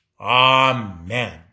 Amen